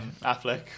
Affleck